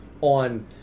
on